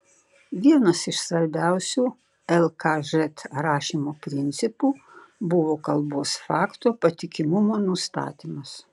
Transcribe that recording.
vienas iš svarbiausių lkž rašymo principų buvo kalbos fakto patikimumo nustatymas